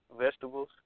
vegetables